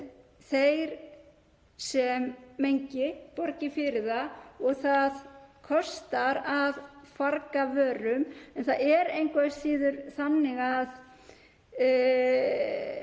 þeir sem menga borgi fyrir það. Það kostar að farga vörum en það er engu að síður þannig að